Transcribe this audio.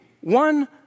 one